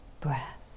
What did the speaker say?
breath